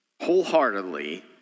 wholeheartedly